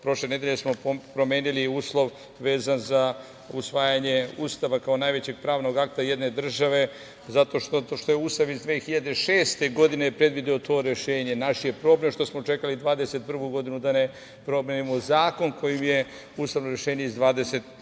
Prošle nedelje smo promenili uslov vezan za usvajanje Ustava, kao najvećeg pravnog akta jedne države zato što je Ustav iz 2006. godine predvideo to rešenje. Naš je problem što smo čekali 2021. godinu da ne promenimo zakon kojim je ustavno rešenje iz 2006. godine